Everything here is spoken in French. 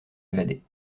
évader